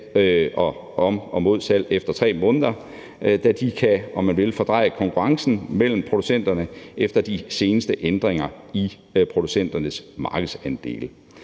forbuddet mod salg efter 3 måneder, da de, om man vil, kan fordreje konkurrencen mellem producenterne efter de seneste ændringer i producenternes markedsandele.